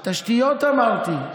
בתשתיות, אמרתי.